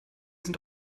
sind